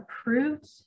approved